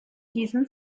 diesem